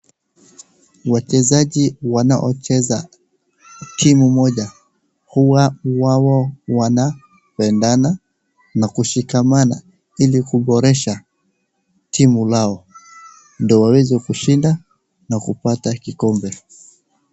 Wachezaji wanaocheza timu moja, huwa wao wanapendana na kushikamana ili kuboresha timu lao ndio waweze kushinda na kupata kikombe.